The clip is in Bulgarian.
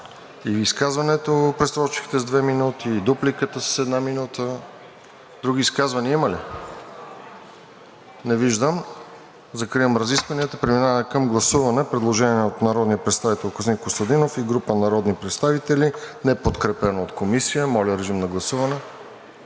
И изказването пресрочихте с две минути, и дупликата с една минута! Други изказвания има ли? Не виждам. Закривам разискванията. Преминаваме към гласуване на предложението от народния представител Костадин Костадинов и група народни представители, неподкрепено от Комисията. Гласували